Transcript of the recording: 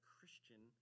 Christian